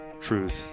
truth